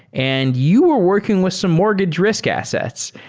and you are working with some mortgage risk assets.